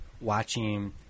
watching